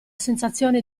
sensazione